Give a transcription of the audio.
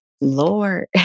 Lord